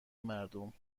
مردم